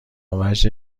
وجه